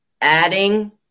adding